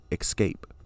escape